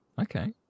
Okay